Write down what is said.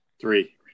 three